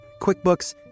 QuickBooks